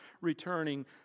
returning